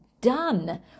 done